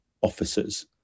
officers